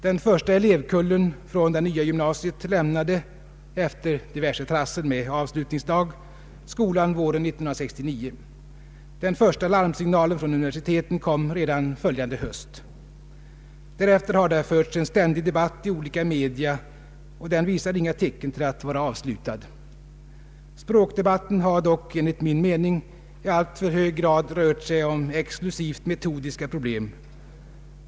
Den första elevkullen från det nya gymnasiet lämnade efter diverse trassel med avslutningsdag skolan våren 1969. Den första larmsignalen från universiteten kom redan följande höst. Därefter har förts en ständig debatt i olika media, och den visar inga tecken till att vara avslutad. Språkdebatten har dock enligt min mening i alltför hög grad rört sig om exklusivt metodiska problem.